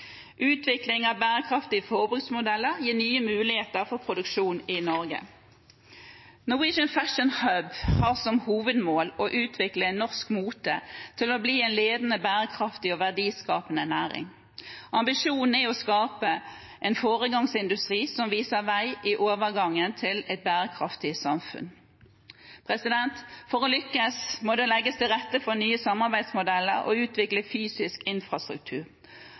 Utvikling av bærekraftige forbruksmodeller gir nye muligheter for produksjon i Norge. Norwegian Fashion Hub har som hovedmål å utvikle norsk mote til å bli en ledende, bærekraftig og verdiskapende næring. Ambisjonen er å skape en foregangsindustri som viser vei i overgangen til et bærekraftig samfunn. For å lykkes må det legges til rette for nye samarbeidsmodeller og utvikles fysisk infrastruktur.